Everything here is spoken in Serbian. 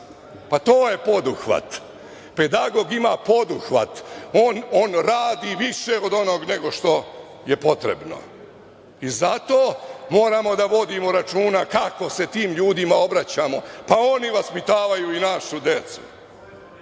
Pa, to je poduhvat. Pedagog ima poduhvat. On radi više od onog nego što je potrebno. Zato moramo da vodimo računa kako se tim ljudima obraćamo. Pa, oni vaspitavaju i našu decu.